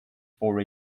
for